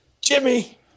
Jimmy